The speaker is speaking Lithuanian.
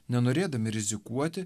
nenorėdami rizikuoti